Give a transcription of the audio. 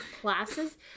classes